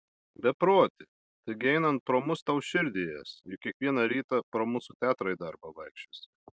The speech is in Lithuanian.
beproti taigi einant pro mus tau širdį ės juk kiekvieną rytą pro mūsų teatrą į darbą vaikščiosi